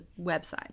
website